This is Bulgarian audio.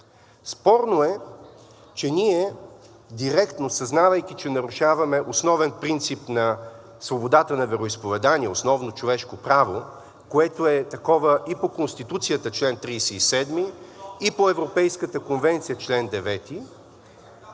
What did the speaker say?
Спорно е, че ние, директно съзнавайки, че нарушаваме основен принцип на свободата на вероизповедание, основно човешко право, което е такова и по Конституцията – чл. 37, и по Европейската конвенция – чл. 9,